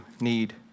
need